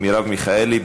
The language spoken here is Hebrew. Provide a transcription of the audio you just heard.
מרב מיכאלי.